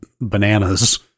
bananas